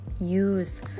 Use